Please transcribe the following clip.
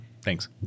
Thanks